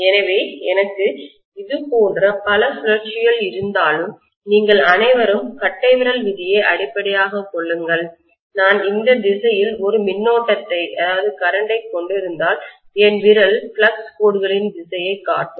எனவே எனக்கு இது போன்ற பல சுழற்சிகள் இருந்தால் நீங்கள் அனைவரும் கட்டைவிரல் விதியை அடிப்படையாகக் கொள்ளுங்கள் நான் இந்த திசையில் ஒரு மின்னோட்டத்தை கரண்ட்டைக் கொண்டிருந்தால் என் விரல் ஃப்ளக்ஸ் கோடுகளின் திசையைக் காட்டும்